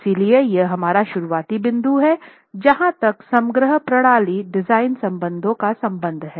इसलिए यह हमारा शुरुआती बिंदु है जहां तक समग्र प्रणाली डिजाइन बलों का संबंध है